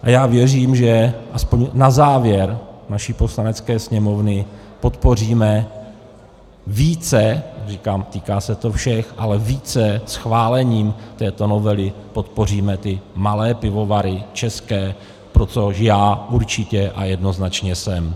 A já věřím, že aspoň na závěr naší Poslanecké sněmovny podpoříme více říkám, týká se to všech, ale více schválením této novely podpoříme ty malé pivovary české, pro to já určitě a jednoznačně jsem.